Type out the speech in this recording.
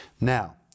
Now